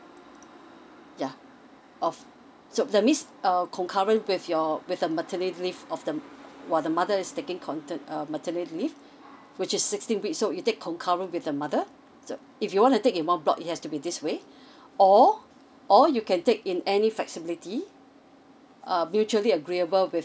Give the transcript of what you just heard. yeah of so that means err concurrent with your with the maternity leave of the what the mother is taking content~ err maternity leave which is sixteen weeks so you take concurrent with the mother so if you want to take a more block it has to be this way or or you can take in any flexibility a mutually agreeable with